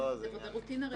זה רוטינה רגילה.